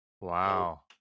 Wow